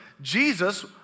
Jesus